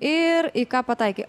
ir į ką pataikė